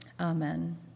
amen